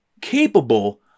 capable